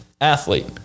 athlete